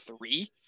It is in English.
three